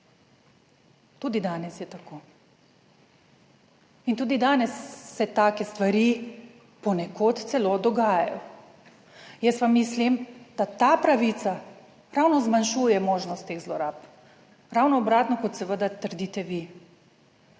Tudi danes je tako in tudi danes se take stvari ponekod celo dogajajo. Jaz pa mislim, da ta pravica ravno zmanjšuje možnost teh zlorab, ravno obratno kot seveda trdite vi.